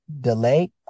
delay